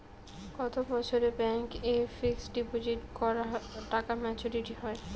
কত বছরে ব্যাংক এ ফিক্সড ডিপোজিট করা টাকা মেচুউরিটি হয়?